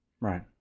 Right